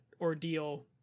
ordeal